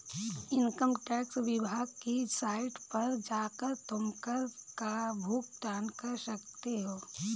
income tax विभाग की site पर जाकर तुम कर का भुगतान कर सकते हो